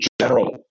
general